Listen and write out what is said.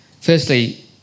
firstly